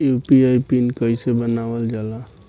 UPI pin कइसे बनावल जाला?